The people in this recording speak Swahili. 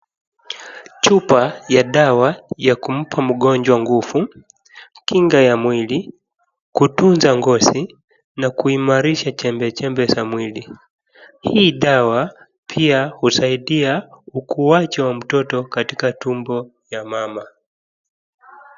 Chupa ya dawa ya kumpa mgonjwa nguvu, kinga ya mwili, kutunza ngozi na kuhimarisha chembechembe za mwili. Hii dawa pia husadia ukuacho wa mtoto katika tumbo ya mama.